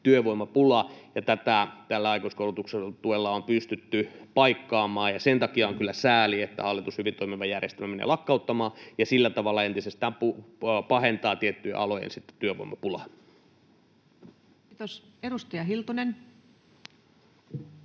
työvoimapula, ja tätä tällä aikuiskoulutustuella on pystytty paikkaamaan. Sen takia on kyllä sääli, että hallitus hyvin toimivan järjestelmän menee lakkauttamaan ja sillä tavalla entisestään pahentaa tiettyjen alojen työvoimapulaa. Kiitos. — Edustaja Hiltunen.